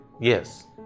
Yes